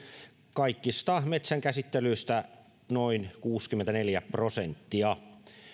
kaikista metsänkäsittelyistä noin kuusikymmentäneljä prosenttia